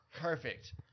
Perfect